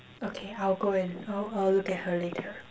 okay I'll go and I'll I'll look at her later